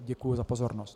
Děkuji za pozornost.